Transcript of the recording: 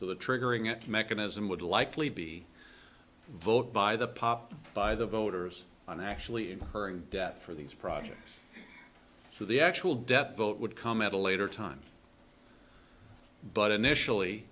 so the triggering a mechanism would likely be a vote by the pop by the voters on actually of her and debt for these projects so the actual debt vote would come at a later time but initially